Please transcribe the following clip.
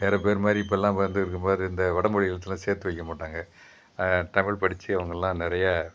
வேற பேர் மாதிரி இப்போலாம் வந்து இருக்க மாதிரி இந்த வடமொழி எழுதலாம் சேர்த்து வைக்க மாட்டாங்க தமிழ் படித்து அவங்களாம் நிறையா